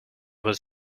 was